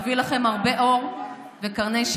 (חבר הכנסת דוד אמסלם יוצא מאולם המליאה.)